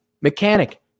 Mechanic